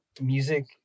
music